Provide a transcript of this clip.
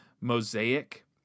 Mosaic